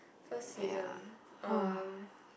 first season um